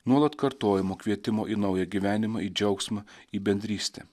nuolat kartojamo kvietimo į naują gyvenimą į džiaugsmą į bendrystę